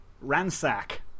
Ransack